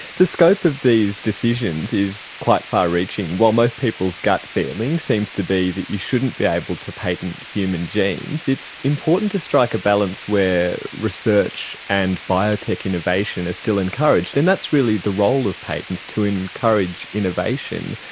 the scope of these decisions is quite far reaching. while most people's gut feeling seems to be that you shouldn't be able able to patent human genes, it's important to strike a balance where research and biotech innovation are still encouraged, and that's really the role of patents, to encourage innovation.